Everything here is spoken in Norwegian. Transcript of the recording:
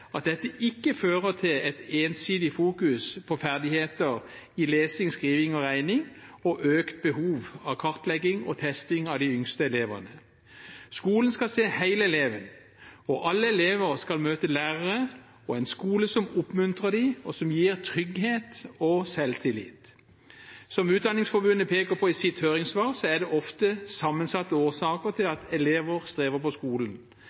at forslaget ikke fører til ensidig fokusering på ferdigheter i lesing, skriving og regning og økt behov for kartlegging og testing av de yngste elevene. Skolen skal se hele eleven, og alle elever skal møte lærere og en skole som oppmuntrer dem, og som gir dem trygghet og selvtillit. Som Utdanningsforbundet peker på i sitt høringssvar, er det ofte sammensatte årsaker til at elever strever på skolen.